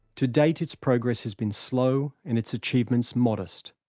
to date, its progress has been slow and its achievements modest.